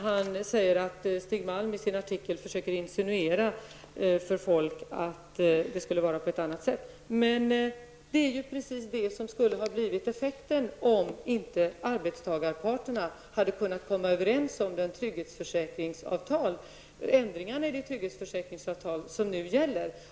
Han säger att Stig Malm i sin artikel försöker insinuera att det skulle vara på ett annat sätt. Det är ju precis det som skulle ha blivit effekten om inte arbetsmarknadsparterna hade kunnat komma överens om ändringarna i de trygghetsförsäkringsavtal som nu gäller.